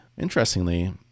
interestingly